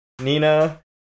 Nina